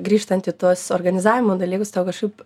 grįžtant į tuos organizavimo dalykus tau kažkaip